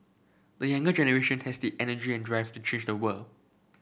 the younger generation has the energy and drive to change the world